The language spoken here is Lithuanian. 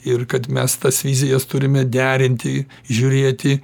ir kad mes tas vizijas turime derinti žiūrėti